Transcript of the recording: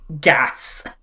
Gas